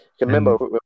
Remember